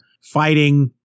fighting